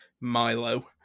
milo